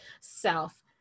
self